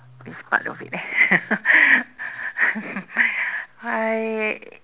which part of it eh I